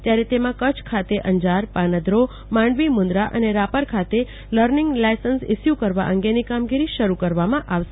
ત્યારે તેમાં કચ્છ ખાતે અંજાર પાનધ્રીમાંડવી મું દરા અને રાપર ખાતે લર્નિંગ લાયસન્સ ઈસ્યુ કરવા અંગેની કામગીરી શરૂ કરવામાં આવશે